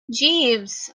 jeeves